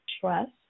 trust